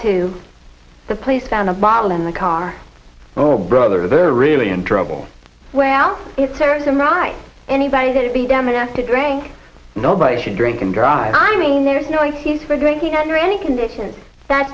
to the police found a bottle in the car oh brother they're really in trouble well it serves him right anybody to be dumb enough to drink nobody should drink and drive i mean there's no excuse for going under any conditions that